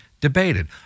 debated